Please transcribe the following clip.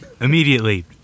Immediately